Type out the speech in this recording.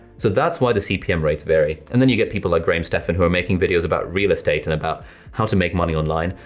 so that's why the cpm rates vary. and then you get people like graham stephan who are making videos about real estate and about how to make money online,